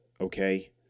Okay